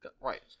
right